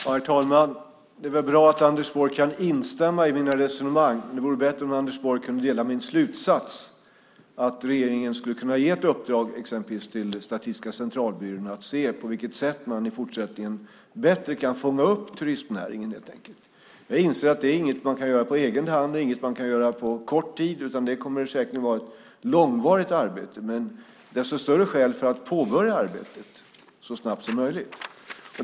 Herr talman! Det är bra att Anders Borg kan instämma i mina resonemang, men det vore bättre om han kunde dela min slutsats att regeringen skulle kunna ge ett uppdrag exempelvis till Statistiska centralbyrån att se på vilket sätt man i fortsättningen bättre kan fånga upp turistnäringen. Jag inser att det inte är något man kan göra på egen hand och inget man kan göra på kort tid, utan det kommer säkert att vara ett långvarigt arbete, men desto större skäl finns det att påbörja arbetet så snabbt som möjligt.